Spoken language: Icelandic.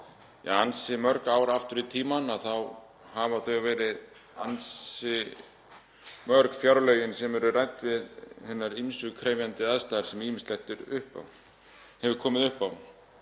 bara ansi mörg ár aftur í tímann þá hafa þau verið ansi mörg fjárlögin sem eru rædd við hinar ýmsu krefjandi aðstæður þar sem ýmislegt hefur komið upp á.